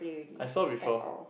I saw before